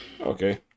Okay